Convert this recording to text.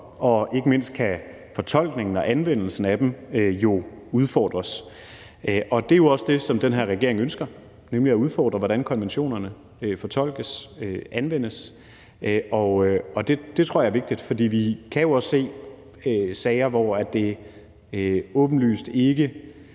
og ikke mindst kan fortolkningen og anvendelsen af dem udfordres. Det er også det, som den her regering ønsker, nemlig at udfordre, hvordan konventionerne fortolkes og anvendes. Og det tror jeg er vigtigt, for vi kan jo også se sager, hvor det åbenlyst ikke